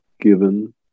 given